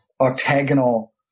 octagonal